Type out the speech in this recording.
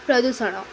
ପ୍ରଦୂଷଣ